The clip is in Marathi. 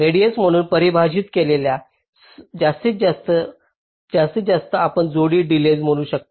रेडिएस म्हणून परिभाषित केलेल्या जास्तीत जास्त जास्तीत जास्त आपण जोडी डिलेज म्हणू शकता